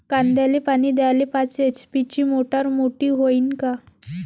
कांद्याले पानी द्याले पाच एच.पी ची मोटार मोटी व्हईन का?